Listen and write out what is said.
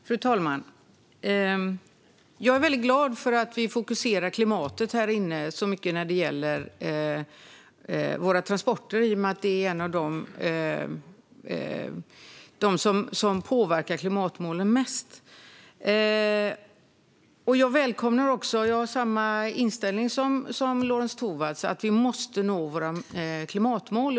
Fru talman! Jag är glad över att vi fokuserar på klimatet i fråga om transporter i och med att de påverkar klimatmålen mest. Jag har samma inställning som Lorentz Tovatt, nämligen att vi måste nå våra klimatmål.